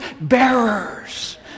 bearers